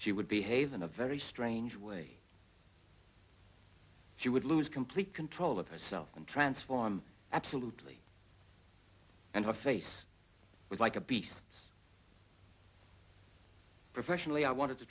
she would behave in a very strange way she would lose complete control of herself and transform absolutely and her face was like a beast's professionally i wanted to